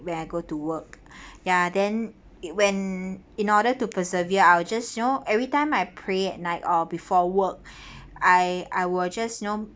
when I go to work ya then it when in order to persevere I'll just you know everytime I pray at night or before work I I will just you know